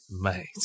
Mate